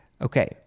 Okay